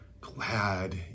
glad